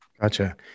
Gotcha